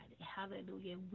hallelujah